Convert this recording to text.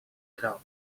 crowd